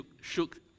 shook